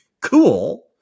cool